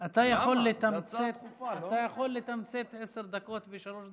אתה יכול לתמצת עשר דקות בשלוש דקות?